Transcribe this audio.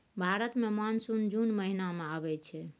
भारत मे मानसून जुन महीना मे आबय छै